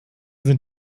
sind